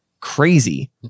crazy